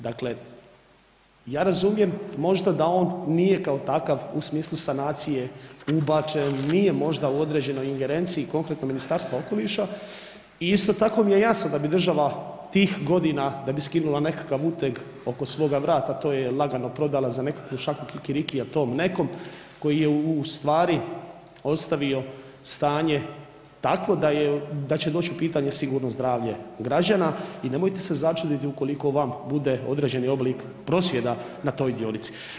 Dakle, ja razumijem možda da on nije kao takav u smislu sanacije ubačen, nije možda u određenoj ingerenciji konkretno Ministarstva okoliša i isto tako mi je jasno da bi država tih godina da bi skinula nekakav uteg oko svoga vrata to je lagano prodala za nekakvu šaku kikirikija tom nekom koji je ustvari ostavio stanje takvo da će doći u pitanje sigurno zdravlje građana i nemojte se začuditi ukoliko vam bude određeni oblik prosvjeta na toj dionici.